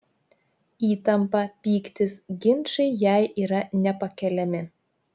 įtampa pyktis ginčai jai yra nepakeliami